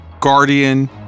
Guardian